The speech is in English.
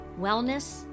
wellness